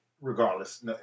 regardless